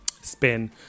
spin